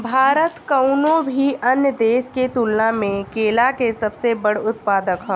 भारत कउनों भी अन्य देश के तुलना में केला के सबसे बड़ उत्पादक ह